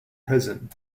prison